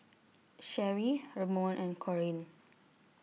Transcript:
Cherrie Ramon and Corene